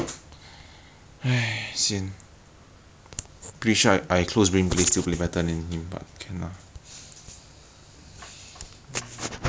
mm don't know like everytime I play is no no help no anything [one] if I lose is my fault because I get gang